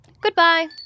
Goodbye